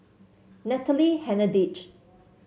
Natalie Hennedige